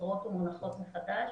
חוזרות ומונחות מחדש.